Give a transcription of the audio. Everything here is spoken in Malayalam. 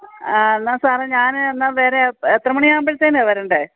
ആ എന്നാൽ സാറെ ഞാൻ എന്നാൽ വരാം എത്ര മണിയാകുമ്പഴത്തേനുവാ വരേണ്ടേ